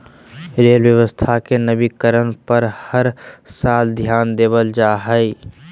rail व्यवस्था के नवीनीकरण पर हर साल ध्यान देवल जा हइ